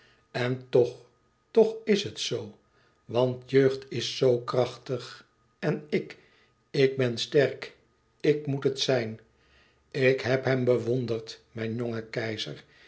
n toch toch is het zoo want jeugd is zoo krachtig en ik ik ben sterk ik met het zijn ik heb hem bewonderd mijn jongen keizer